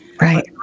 Right